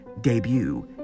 debut